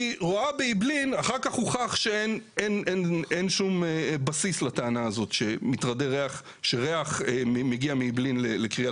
אחר כך הוכח שאין שום בסיס לטענה שריח מגיע מאעבלין לקרית